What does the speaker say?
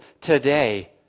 today